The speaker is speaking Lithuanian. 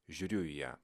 žiūriu į ją